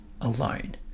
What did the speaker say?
alone